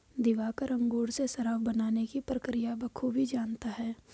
दिवाकर अंगूर से शराब बनाने की प्रक्रिया बखूबी जानता है